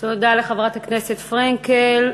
תודה לחברת הכנסת פרנקל.